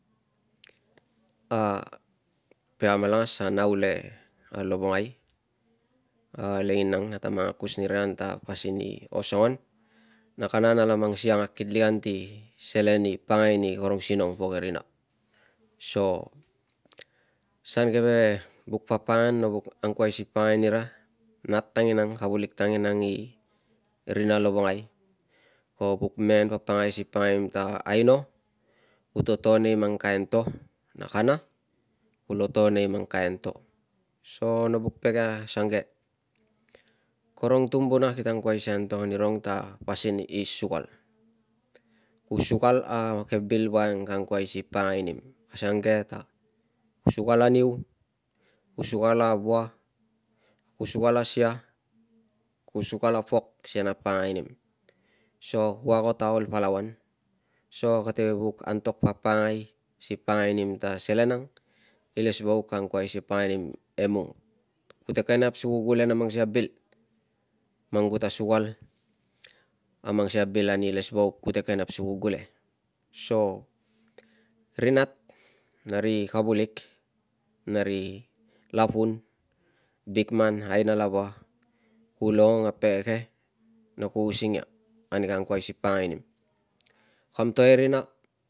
pege amalangas ta nau le lovongai lenginang nata mang akus nira ta pasin i osongon na kana nala mang siang akit lik an si selen i pakangai ni karong sinong pok e rina. So san keve vuk pakpakangaian no buk angkuai si pakangai nira nat tanginang, kavulik tanginang i rina lovongai ko vuk mengen pakpakangai si pakangai nim ta aino ku to to nei mang kain to, na kana kulo to nei mang kain to, so no buk pege asange, karong tumbuna kita angkuai si antok anirong ta pasin i sukal. Ku sukal a ke bil voiang ka angkuai si ka pakangai nim asange ta ku sukal a niu, ku sukal a bua, ku sukal a sia, ku sukal a pok si kana pakangai nim so ku ago ta ol palau an, so kate vuk antok pakpakangai si pakangai nim ta selen ang ilesvauk ka angkuai si pakangai nim emung. Kute ken nap si ku gule na mang sikei a bil man kuta sukal a mang sikei a bil ani ilesvauk, kute ken nap si ku gule so ri nat na ri kavulik na ri lapun, bikman, aina lava, ku longong a pege ke na ku using ia ani ka angkuai si ka pakangai nim. Kam to e rina.